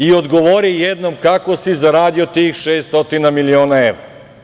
I odgovori jednom kako si zaradio tih 600 miliona evra?